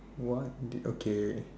what did okay